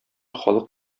халык